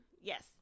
yes